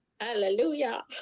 hallelujah